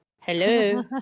Hello